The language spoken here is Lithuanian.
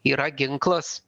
yra ginklas